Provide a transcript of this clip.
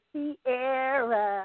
Sierra